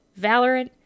Valorant